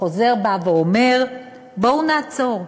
החוזר בא ואומר: בואו נעצור,